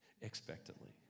expectantly